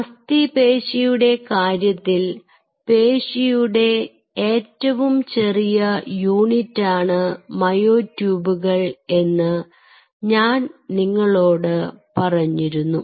അസ്ഥിപേശിയുടെ കാര്യത്തിൽ പേശിയുടെ ഏറ്റവും ചെറിയ യൂണിറ്റാണ് മയോട്യൂബുകൾ എന്ന് ഞാൻ നിങ്ങളോട് പറഞ്ഞിരുന്നു